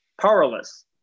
powerless